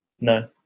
No